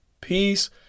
Peace